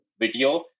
video